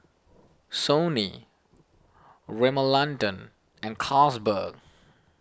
Sony Rimmel London and Carlsberg